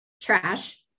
trash